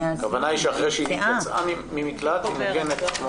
הכוונה היא שאחרי שהיא יצאה מהמקלט, היא מוגנת.